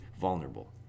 vulnerable